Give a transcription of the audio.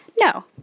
No